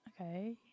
okay